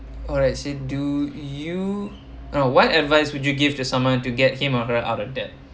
alright sid do you or what advice would you give to someone to get him or her out of debt